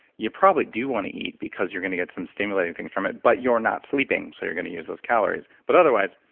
you probably do want to eat because you're going to get some stimulating things from it, but you're not sleeping, so you're going to use those calories. but otherwise,